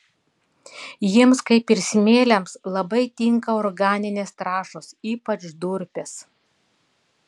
jiems kaip ir smėliams labai tinka organinės trąšos ypač durpės